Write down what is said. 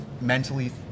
mentally